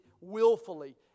willfully